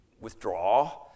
withdraw